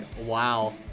wow